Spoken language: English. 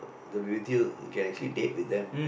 the beauty of you can actually date with them